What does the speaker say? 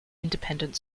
independent